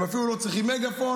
הם אפילו לא צריכים מגפון,